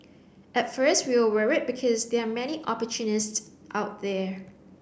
at first we were worried because there are many opportunists out there